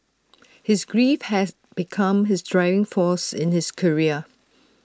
his grief has become his driving force in his career